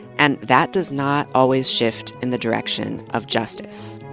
and that does not always shift in the direction of justice.